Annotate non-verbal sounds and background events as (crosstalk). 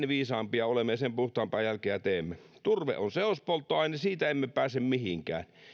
(unintelligible) viisaampia olemme ja sitä puhtaampaa jälkeä teemme turve on seospolttoaine siitä emme pääse mihinkään